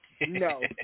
No